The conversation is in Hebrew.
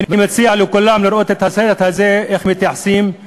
ואני מציע לכולם לראות את הסרט הזה איך מתייחסים.